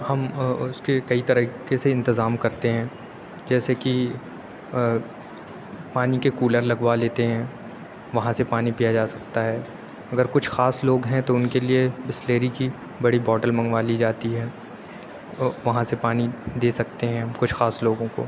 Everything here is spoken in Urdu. ہم اُس کے کئی طریقے سے انتظام کرتے ہیں جیسے کہ پانی کے کولر لگوا لیتے ہیں وہاں سے پانی پیا جا سکتا ہے اگر کچھ خاص لوگ ہیں تو اُن کے لیے بسلری کی بڑی باٹل منگوا لی جاتی ہے وہاں سے پانی دے سکتے ہیں کچھ خاص لوگوں کو